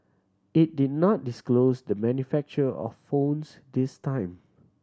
it did not disclose the manufacturer of phones this time